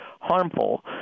harmful